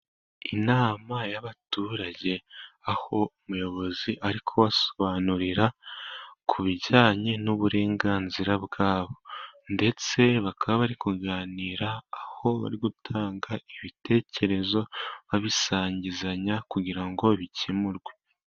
Inama y'abaturage, aho umuyobozi ari kubasobanurira ku bijyanye n'uburenganzira bwabo, ndetse bakaba bari kuganira aho bari gutanga ibitekerezo babisangizanya kugira ngo bikemurwe.